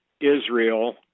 Israel